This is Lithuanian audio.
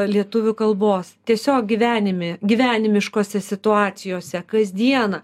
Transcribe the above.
lietuvių kalbos tiesiog gyvenime gyvenimiškose situacijose kasdieną